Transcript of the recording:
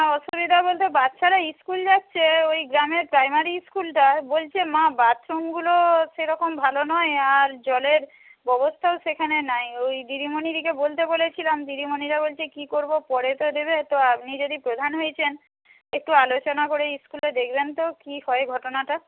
অসুবিধা বলতে বাচ্চারা ইস্কুল যাচ্ছে ওই গ্রামের প্রাইমারি ইস্কুলটা বলছে মা বাথরুমগুলো সেরকম ভালো নয় আর জলের ব্যবস্থাও সেখানে নাই ওই দিদিমণিদিকে বলতে বলেছিলাম দিদিমণিরা বলছে কী করবো পরে তো দেবে তো আপনি যদি প্রধান হয়েছেন একটু আলোচনা করেই ইস্কুলে দেখবেন তো কী হয় ঘটনাটার